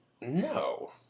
no